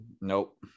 Nope